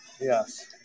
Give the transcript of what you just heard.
Yes